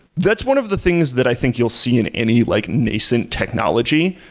that's one of the things that i think you'll see in any like nascent technology,